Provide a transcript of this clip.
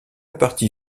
partie